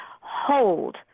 hold